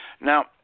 Now